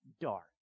dark